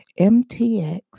MTX